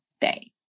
day